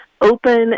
open